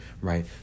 right